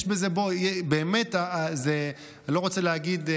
אני לא רוצה להגיד: